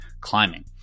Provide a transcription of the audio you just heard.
climbing